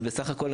אבל בסך הכל,